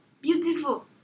beautiful